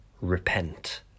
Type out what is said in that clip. repent